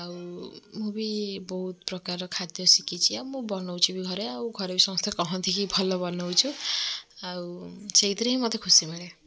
ଆଉ ମୁଁ ବି ବହୁତ ପ୍ରକାରର ଖାଦ୍ୟ ଶିଖିଛି ଆଉ ଆଉ ବନଉଛି ବି ଘରେ ଆଉ ଘରେ ସମସ୍ତେ କହନ୍ତି କି ଭଲ ବନଉଛୁ ଆଉ ସେଇଥିରେ ହିଁ ମୋତେ ଖୁସି ମିଳେ